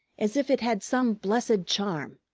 as if it had some blessed charm.